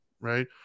Right